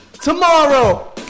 tomorrow